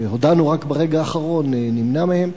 שהודענו רק ברגע האחרון, נמנע מהם.